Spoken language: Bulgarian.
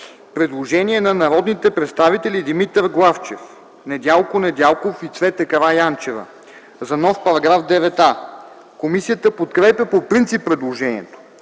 предложение на народните представители Димитър Главчев, Недялко Недялков и Цвета Караянчева за нов § 9а. Комисията подкрепя по принцип предложението.